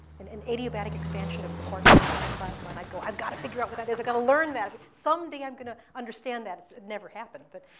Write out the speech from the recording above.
and an adiabatic expansion of the quark-gluon but plasma and i'd go, i've got to figure out what that is. i've got to learn that. some day, i'm going to understand that. it never happened, but